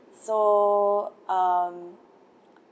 so um